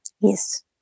Yes